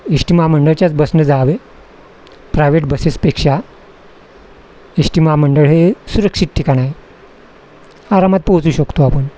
S T महामंडळच्याच बसनं जावे प्रायवेट बसेसपेक्षा एश टी महामंडळ हे सुरक्षित ठिकाण आहे आरामात पोहचू शकतो आपण